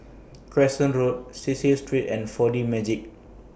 Crescent Road Cecil Street and four D Magix